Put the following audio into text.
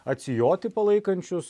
atsijoti palaikančius